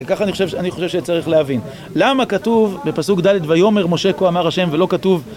ככה אני חושב שצריך להבין, למה כתוב בפסוק ד' ויאמר משה כה אמר השם ולא כתוב